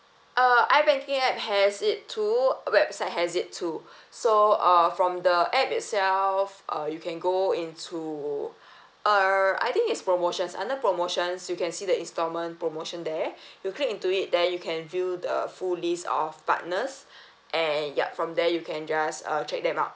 uh I banking app has it too website has it too so uh from the app itself uh you can go into err I think it's promotions under promotions you can see the installment promotion there you click into it then you can view the full list of partners and ya from there you can just uh check them out